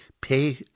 pay